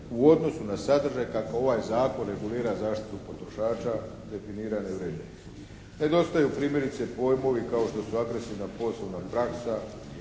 u odnosu na sadržaj kako ovaj zakon regulira zaštitu potrošača definira neuređeno. Nedostaju primjerice pojmovi kao što su agresivna poslovna praksa,